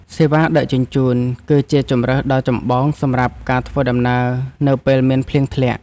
សេវាដឹកជញ្ជូន គឺជាជម្រើសដ៏ចម្បងសម្រាប់ការធ្វើដំណើរនៅពេលមានភ្លៀងធ្លាក់។